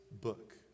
book